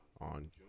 on